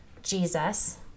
Jesus